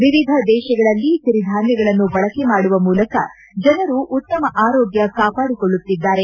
ವಿವಿಧ ದೇಶಗಳಲ್ಲಿ ಸಿರಿಧಾನ್ಯಗಳನ್ನು ಬಳಕೆ ಮಾದುವ ಮೂಲಕ ಜನರು ಉತ್ತಮ ಆರೋಗ್ಯ ಕಾಪಾಡಿಕೊಳ್ಳುತ್ತಿದ್ದಾರೆ